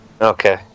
Okay